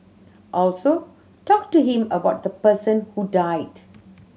also talk to him about the person who died